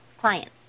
clients